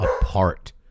apart